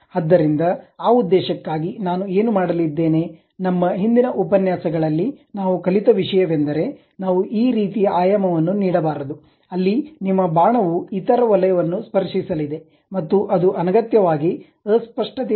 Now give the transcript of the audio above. ಆದ್ದರಿಂದ ಆ ಉದ್ದೇಶಕ್ಕಾಗಿ ನಾನು ಏನು ಮಾಡಲಿದ್ದೇನೆ ನಮ್ಮ ಹಿಂದಿನ ಉಪನ್ಯಾಸಗಳಲ್ಲಿ ನಾವು ಕಲಿತ ವಿಷಯವೆಂದರೆ ನಾವು ಈ ರೀತಿಯ ಆಯಾಮವನ್ನು ನೀಡಬಾರದು ಅಲ್ಲಿ ನಿಮ್ಮ ಬಾಣವು ಇತರ ವಲಯವನ್ನು ಸ್ಪರ್ಶಿಸಲಿದೆ ಮತ್ತು ಅದು ಅನಗತ್ಯವಾಗಿ ಅಸ್ಪಷ್ಟತೆಯ ಚಿತ್ರವನ್ನು ಸೃಷ್ಟಿಸುತ್ತದೆ